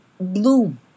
bloom